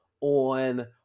on